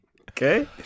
okay